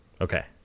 Okay